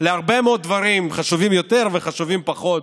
להרבה מאוד דברים, חשובים יותר וחשובים פחות.